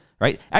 right